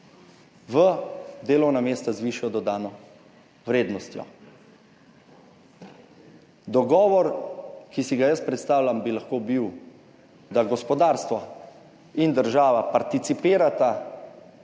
v delovna mesta z višjo dodano vrednostjo. Dogovor, ki si ga jaz predstavljam, bi lahko bil, da gospodarstvo in država participirata